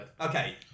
Okay